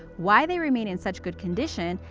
why they remain in such good condition,